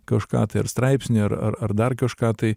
kažką tai ar straipsnį ar ar ar dar kažką tai